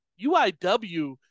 UIW